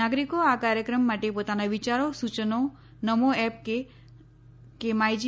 નાગરિકો આ કાર્યક્રમ માટે પોતાના વિચારો સૂચનો નમો એપકે માય જી